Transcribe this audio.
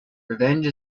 revenge